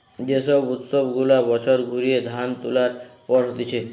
যে সব উৎসব গুলা বছর ঘুরিয়ে ধান তুলার পর হতিছে